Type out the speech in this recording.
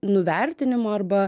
nuvertinimo arba